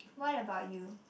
what about you